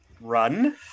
run